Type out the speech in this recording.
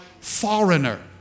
foreigner